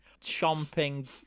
chomping